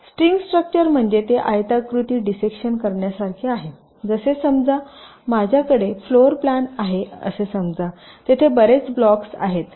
string structure म्हणजे ते आयताकृती डिसेक्शन करण्यासारखे आहे जसे समजा माझ्याकडे फ्लोर प्लॅन आहे असे समजातेथे बरेच ब्लॉक्स आहेत